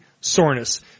soreness